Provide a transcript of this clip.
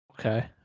okay